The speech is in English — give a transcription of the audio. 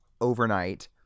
overnight